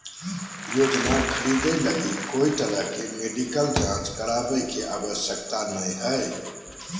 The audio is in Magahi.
योजना खरीदे लगी कोय तरह के मेडिकल जांच करावे के आवश्यकता नयय हइ